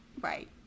right